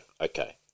okay